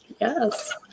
Yes